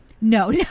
No